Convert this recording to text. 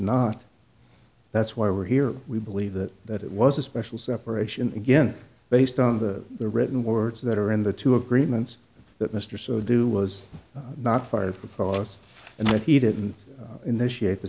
not that's why we're here we believe that that it was a special separation again based on the written words that are in the two agreements that mr so do was not fired for us and that he didn't initiate the